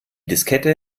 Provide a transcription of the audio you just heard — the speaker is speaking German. diskette